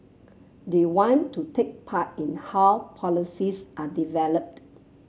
they want to take part in how policies are developed